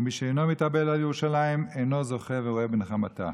ומי שאינו מתאבל על ירושלים אינו זוכה ורואה בנחמתה.